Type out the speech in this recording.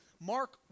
Mark